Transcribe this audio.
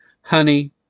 Honey